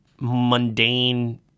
mundane